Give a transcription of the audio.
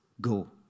go